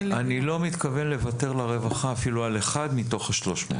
אני לא מתכוון לוותר לרווחה אפילו על אחד מתוך ה-300.